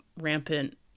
rampant